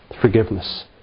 forgiveness